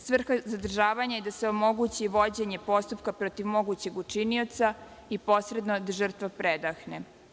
Svrha zadržavanja je i da se omogući vođenje postupka protiv mogućeg učinioca i posredno da žrtva predahne.